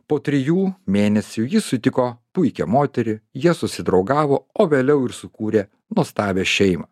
po trijų mėnesių jis sutiko puikią moterį jie susidraugavo o vėliau ir sukūrė nuostabią šeimą